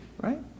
Right